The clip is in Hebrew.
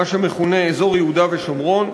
מה שמכונה אזור יהודה ושומרון,